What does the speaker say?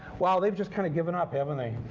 wow, they've just kind of given up, haven't they?